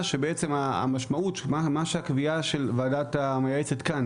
שבעצם המשמעות מה שהקביעה של הוועדה המייעצת כאן